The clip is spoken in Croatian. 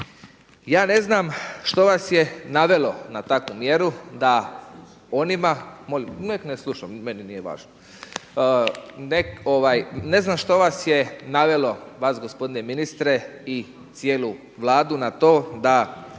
Ja ne znam što vas je navelo na takvu mjeru da onima … /Upadica: …ne sluša./ … Molim? Nek' ne sluša, meni nije važno. Ne znam što vas je navelo vas, gospodine ministre, i cijelu Vladu na to mladim